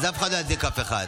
אז אף אחד לא יצדיק אף אחד.